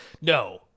No